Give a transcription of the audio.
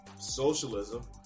socialism